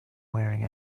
wearing